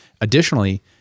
Additionally